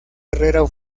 herrera